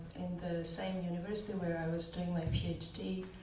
in the same university where i was doing my ph d.